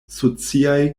sociaj